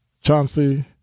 Chauncey